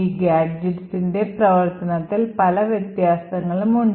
ഈ gadgetsൻറെ പ്രവർത്തനത്തിൽ പല വ്യത്യാസങ്ങളും ഉണ്ട്